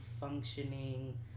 functioning